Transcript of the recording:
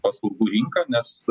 paslaugų rinką nes